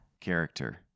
character